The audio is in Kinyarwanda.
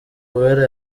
uwera